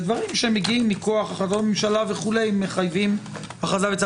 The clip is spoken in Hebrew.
ודברים שמגיעים מכוח החלטות ממשלה מחייבים הכרזה בצו.